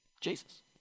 Jesus